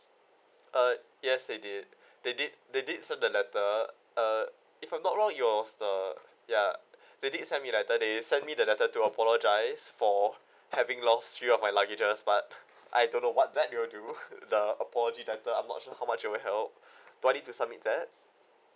uh yes they did they did they did send the letter uh if I'm not wrong yours the ya they did send me letter they send me the letter to apologize for having lost three of my luggages but I don't know what that will do the apology letter I'm not sure how much it will help do I need to submit that